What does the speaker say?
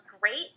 great